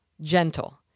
gentle